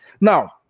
Now